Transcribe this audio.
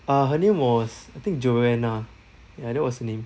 uh her name was I think joanna ya that was her name